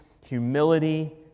humility